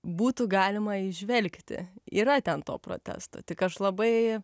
būtų galima įžvelgti yra ten to protesto tik aš labai